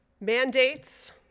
mandates